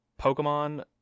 Pokemon